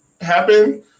happen